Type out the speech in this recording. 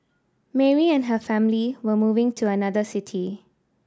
Mary and her family were moving to another city